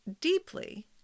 deeply